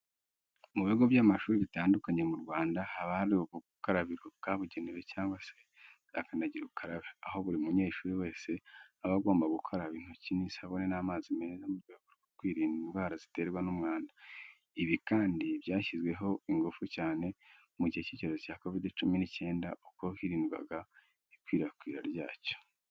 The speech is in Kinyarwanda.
Mu bigo by'amashuri bitandukanye mu Rwanda haba hari ubukarabiro bwabugenewe cyangwa se za kandagira ukarabe, aho buri munyeshuri wese aba agomba gukaraba intoki n'isabune n'amazi meza mu rwego rwo kwirinda indwara ziterwa n'umwanda. Ibi kandi byashyizwemo ingufu cyane mu gihe cy'icyorezo cya Kovide cumi n'icyenda ubwo hirindwaga ikwirakwira ryacyo.